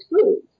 foods